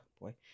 boy